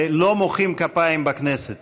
לא מוחאים כפיים בכנסת,